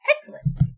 Excellent